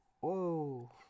whoa